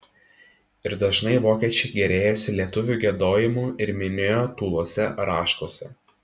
ir dažnai vokiečiai gėrėjosi lietuvių giedojimu ir minėjo tūluose raštuose